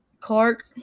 Clark